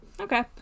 Okay